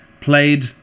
played